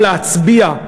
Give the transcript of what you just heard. זכותם להצביע,